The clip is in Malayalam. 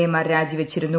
എ മാർ രാജിവച്ചിരുന്നു